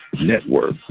Network